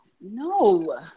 No